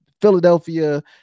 Philadelphia